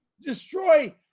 Destroy